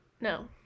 No